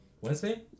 Wednesday